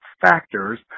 factors